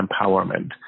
empowerment